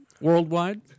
worldwide